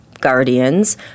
guardians